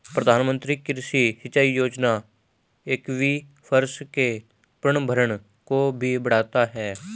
प्रधानमंत्री कृषि सिंचाई योजना एक्वीफर्स के पुनर्भरण को भी बढ़ाता है